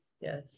Yes